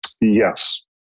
Yes